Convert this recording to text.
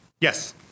Yes